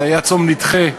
זה היה צום נדחה,